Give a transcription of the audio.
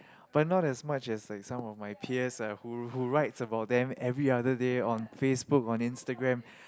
but not as much as like some of my peers are who who writes about them every other day on Facebook on Instagram